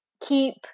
keep